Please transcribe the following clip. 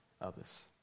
others